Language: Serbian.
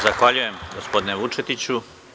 Zahvaljujem gospodine Vučetiću.